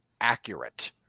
accurate